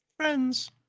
Friends